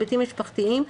ההיבטים המשפחתיים.